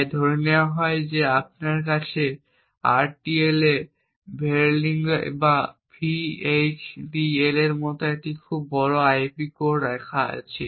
তাই ধরে নেওয়া হয় যে আপনার কাছে RTL এ Verilog বা VHDL এর মতো একটি খুব বড় আইপি কোর লেখা আছে